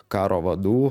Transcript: karo vadų